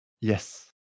yes